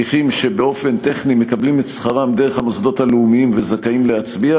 שליחים שבאופן טכני מקבלים את שכרם דרך המוסדות הלאומיים וזכאים להצביע,